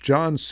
John